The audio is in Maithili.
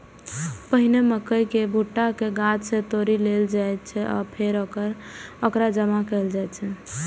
पहिने मकइ केर भुट्टा कें गाछ सं तोड़ि लेल जाइ छै आ फेर ओकरा जमा कैल जाइ छै